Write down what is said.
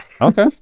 Okay